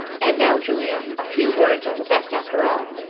and now, julia a few words are the best after all.